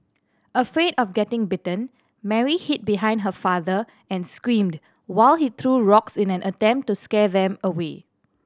afraid of getting bitten Mary hid behind her father and screamed while he threw rocks in an attempt to scare them away